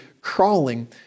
crawling